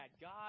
God